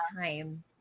time